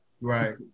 Right